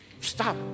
stop